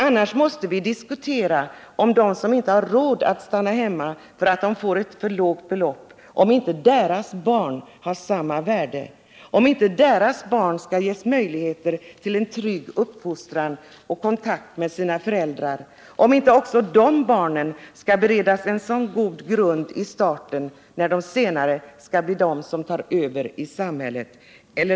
Annars måste vi diskutera om barnen till dem som inte har råd att stanna hemma därför att de får ett för lågt belopp, inte har samma värde, om inte de barnen skall ges möjlighet till en trygg uppfostran och kontakt med sina föräldrar, om inte de barnen skall beredas en god grund i starten — de som senare skall bli de som tar över i samhället.